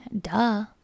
Duh